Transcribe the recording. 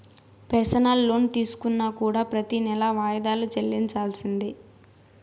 personal loan తీసుకున్నా కూడా ప్రెతి నెలా వాయిదాలు చెల్లించాల్సిందే